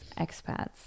expats